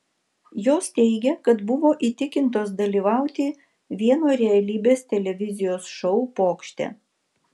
jos teigia kad buvo įtikintos dalyvauti vieno realybės televizijos šou pokšte